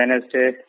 Wednesday